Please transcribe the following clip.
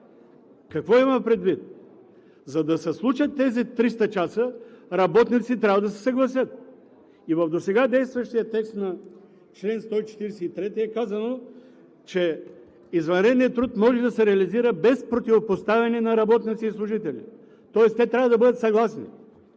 Какво имам предвид? За да се случат тези 300 часа, работниците трябва да се съгласят. И в досега действащия текст на чл. 143 е казано, че извънредният труд може да се реализира без противопоставяне на работници и служители, тоест те трябва да бъдат съгласни.